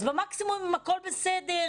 אז מקסימום אם הכול בסדר,